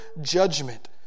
judgment